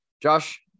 Josh